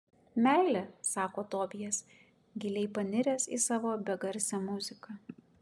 meilė sako tobijas giliai paniręs į savo begarsę muziką